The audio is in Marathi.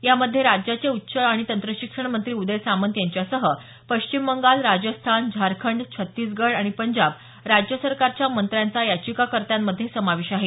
यामध्ये राज्याचे उच्च आणि तंत्रशिक्षण मंत्री उदय सामंत यांच्यासह पश्चिम बंगाल राजस्थान झारखंड छत्तीसगड आणि पंजाब राज्य सरकारच्या मंत्र्यांचा याचिकाकर्त्यांमध्ये समावेश आहे